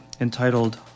entitled